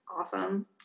awesome